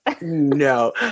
No